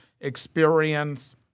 experience